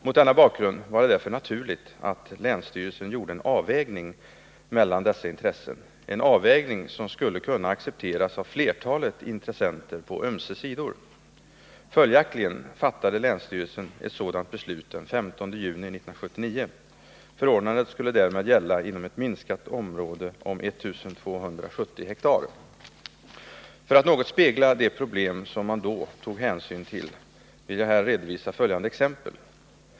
Mot denna bakgrund var det därför naturligt att länsstyrelsen gjorde en avvägning mellan dessa intressen —en avvägning som skulle kunna accepteras av flertalet intressenter på ömse sidor. Följaktligen fattade länsstyrelsen ett sådant beslut den 15 juni 1979. Förordnandet skulle därmed gälla inom ett minsta område om 1 270 ha. För att något spegla de problem som man då tog hänsyn till vill jag här redovisa följande exempel.